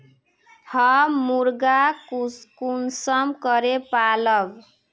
हम मुर्गा कुंसम करे पालव?